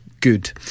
good